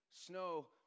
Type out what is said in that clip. Snow